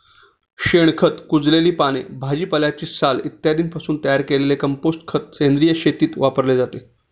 शेणखत, कुजलेली पाने, भाजीपाल्याची साल इत्यादींपासून तयार केलेले कंपोस्ट खत सेंद्रिय शेतीत वापरले जाते